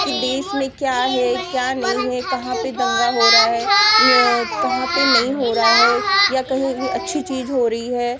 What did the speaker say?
कि देश में क्या है क्या नहीं है कहाँ पर दंगा हो रहा है कहाँ पर नहीं हो रहा है या कहीं भी अच्छी चीज़ हो रही है